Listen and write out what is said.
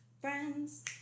Friends